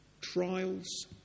Trials